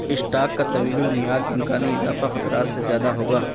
stock کا طویل المعیاد امکانی اضافہ خطرات سے زیادہ ہوگا